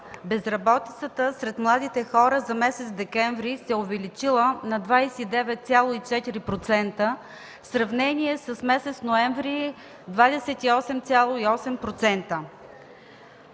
безработицата сред младите хора за месец декември се е увеличала на 29,4% в сравнение с месец ноември – 28,8%.